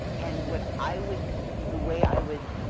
and what i would the way i would